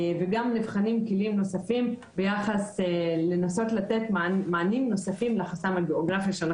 ונבחנים גם כלים נוספים על מנת לנסות לתת מענים נוספים לחסם הגיאוגרפי.